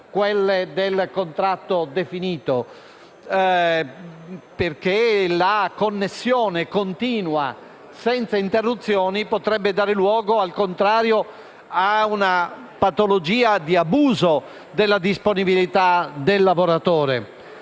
quelle del contratto definito, perché la connessione continua, senza interruzioni, potrebbe dare luogo, al contrario, a una patologia di abuso della disponibilità del lavoratore.